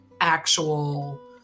actual